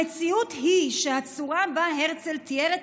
המציאות היא שהצורה שבה הרצל תיאר את